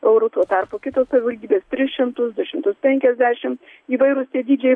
eurų tuo tarpu kitos savivaldybės tris šimtus du šimtus penkiasdešim įvairūs tie dydžiai